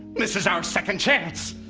this is our second chance